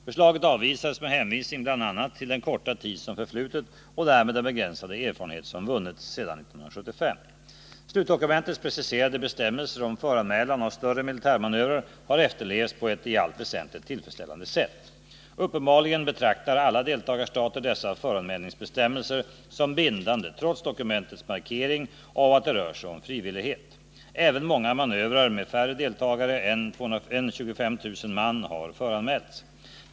Förslaget avvisades med hänvisning bl.a. till den korta tid som förflutit — och därmed den begränsade erfarenhet som vunnits — sedan 1975. Slutdokumentets preciserade bestämmelser om föranmälan av större militärmanövrar har efterlevts på ett i allt väsentligt tillfredsställande sätt. Uppenbarligen betraktar alla deltagarstater dessa föranmälningsbestämmelser som bindande trots dokumentets markering av att det rör sig om frivillighet. Även många manövrar med färre deltagare än 25 000 man har föranmälts.